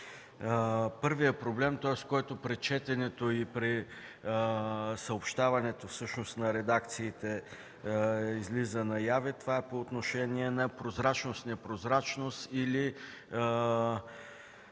Първият проблем, който при четенето и при съобщаването на редакциите излиза наяве, е по отношение на прозрачност/ непрозрачност или